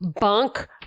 bunk